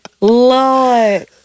Lord